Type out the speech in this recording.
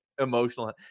emotional